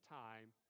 time